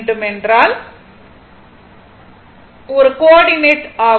ஏனெனில் இது ஒரு கோஆர்டினேட் ஆகும்